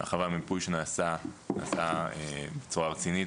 זאת מאחר שהמיפוי שנעשה נעשה בצורה רצינית,